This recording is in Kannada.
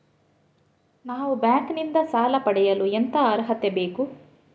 ನಾವು ಬ್ಯಾಂಕ್ ನಿಂದ ಸಾಲ ಪಡೆಯಲು ಎಂತ ಅರ್ಹತೆ ಬೇಕು?